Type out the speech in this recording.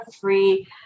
free